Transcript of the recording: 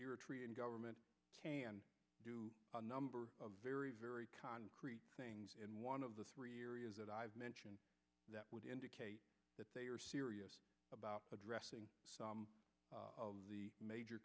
the government can do a number of very very concrete things in one of the three years that i've mentioned that would indicate that they are serious about addressing some of the major